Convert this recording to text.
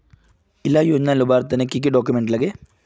इला योजनार लुबार तने की की डॉक्यूमेंट लगे?